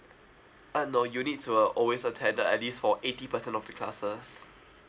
uh no you'll need to uh always attend uh at least for eighty percent of the classes